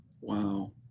Wow